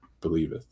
believeth